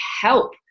help